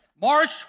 March